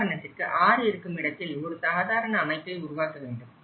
உதாரணத்திற்கு ஆறு இருக்கும் இடத்தில் ஒரு சாதாரண அமைப்பை உருவாக்க வேண்டும்